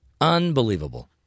Unbelievable